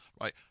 Right